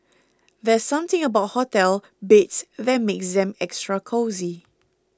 there's something about hotel beds that makes them extra cosy